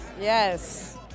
Yes